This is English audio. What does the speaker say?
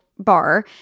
bar